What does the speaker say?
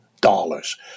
dollars